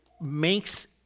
makes